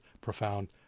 profound